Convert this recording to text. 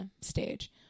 stage